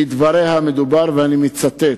מדובר, אני מצטט: